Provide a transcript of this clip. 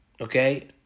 okay